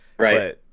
Right